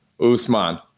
Usman